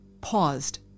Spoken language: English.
paused